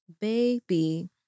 baby